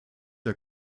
der